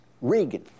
Reagan